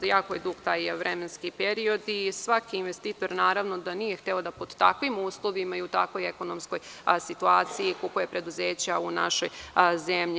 Jako je dug taj vremenski period i svaki investitor naravno da nije hteo da pod takvim uslovima i u takvoj ekonomskoj situaciji kupuje preduzeća u našoj zemlji.